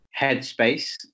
Headspace